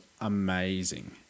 amazing